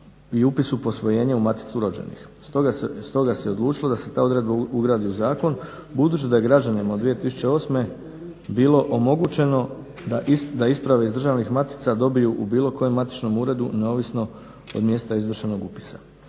i upisu posvojenja u maticu rođenih. Stoga se odlučilo da se ta odredba ugradi u zakon budući da je građanima od 2008. bilo omogućeno da isprave iz državnih matica dobiju u bilo kojem matičnom uredu neovisno od mjesta izvršenog upisa.